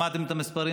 שמעתם את המספרים,